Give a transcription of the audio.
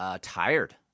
tired